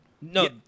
No